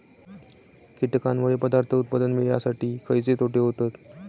कीटकांनमुळे पदार्थ उत्पादन मिळासाठी खयचे तोटे होतत?